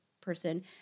person